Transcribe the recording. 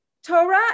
Torah